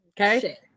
okay